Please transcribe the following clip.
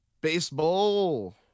baseball